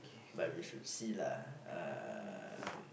but we should see lah um